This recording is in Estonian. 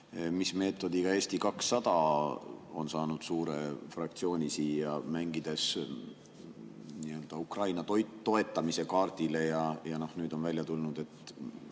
mis meetodiga Eesti 200 on saanud suure fraktsiooni siia, [kasutades] Ukraina toetamise kaarti. Nüüd on välja tulnud, et